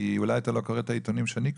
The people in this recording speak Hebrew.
כי אולי אתה לא קורא את העיתונים שאני קורא.